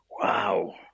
wow